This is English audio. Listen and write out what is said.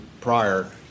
prior